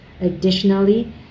Additionally